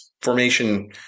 Formation –